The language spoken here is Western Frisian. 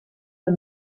der